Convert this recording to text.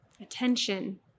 Attention